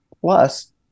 Plus